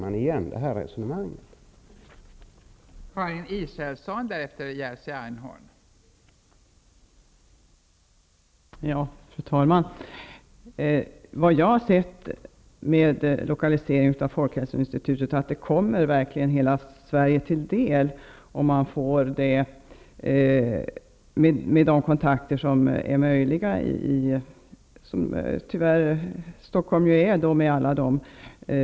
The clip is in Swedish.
Visst känns det resonemanget igen.